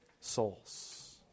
souls